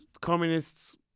communists